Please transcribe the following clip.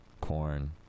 corn